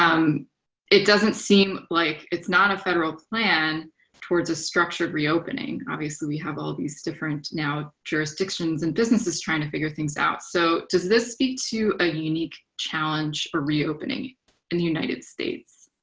um it doesn't seem like it's not a federal plan towards a structured reopening. obviously, we have all these different, now, jurisdictions and businesses trying to figure things out, so does this speak to a unique challenge for ah reopening in the united states?